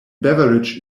beverage